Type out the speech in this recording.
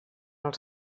els